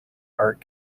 art